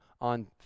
on